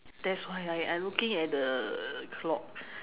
that's why I I looking at the clock